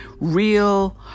real